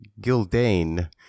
Gildane –